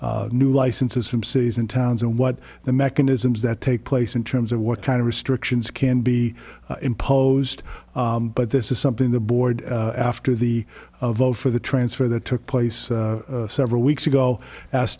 new licenses from cities and towns and what the mechanisms that take place in terms of what kind of restrictions can be imposed but this is something the board after the vote for the transfer that took place several weeks ago as